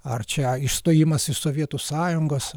ar čia išstojimas iš sovietų sąjungos